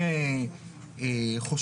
לדעתי,